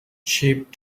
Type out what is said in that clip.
cheap